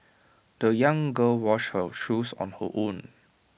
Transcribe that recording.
the young girl washed her shoes on her own